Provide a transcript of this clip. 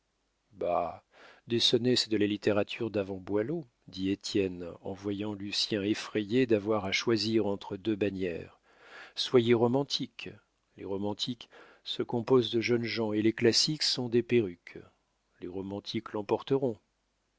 des sonnets c'est de la littérature d'avant boileau dit étienne en voyant lucien effrayé d'avoir à choisir entre deux bannières soyez romantique les romantiques se composent de jeunes gens et les classiques sont des perruques les romantiques l'emporteront